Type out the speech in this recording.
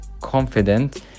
confident